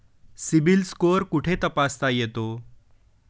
CIBIL score कुठे तपासता येतो?